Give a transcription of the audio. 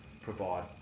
provide